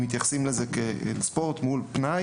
אם מתייחסים לזה כאל ספורט מול פנאי